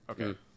Okay